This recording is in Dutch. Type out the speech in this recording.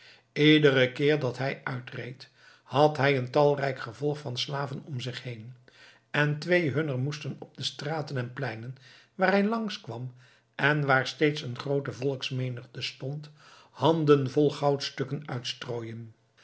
iederen keer dat hij uitreed had hij een talrijk gevolg van slaven om zich heen en twee hunner moesten op de straten en pleinen waar hij langs kwam en waar steeds een groote volksmenigte stond handen vol goudstukken uitstrooien